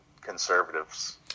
conservatives